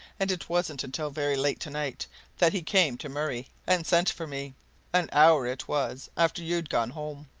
and it wasn't until very late tonight that he came to murray and sent for me an hour, it was, after you'd gone home.